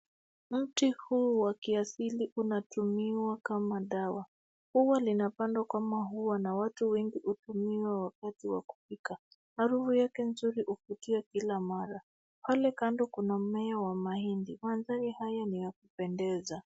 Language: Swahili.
Mti huu wa kiasili unatumiwa kama dawa huwa linapandwa kama ua na watu wengi utumiwa wakati wa kupika. Harufu yake nzuri huvutia kila mara. Pale kando kuna mmea wa mahindi. Manthari haya ni ya kupendeza.